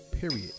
period